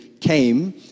came